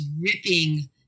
ripping